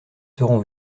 seront